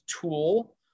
tool